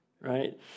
right